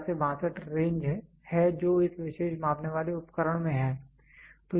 यह 12 से 62 रेंज है जो इस विशेष मापने वाले उपकरण में है